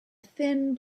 thin